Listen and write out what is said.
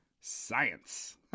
science